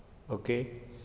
okay